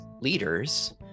leaders